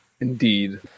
Indeed